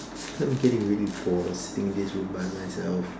I'm getting really bored of sitting in this room by myself